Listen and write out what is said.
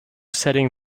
setting